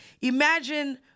Imagine